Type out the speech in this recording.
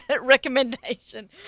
recommendation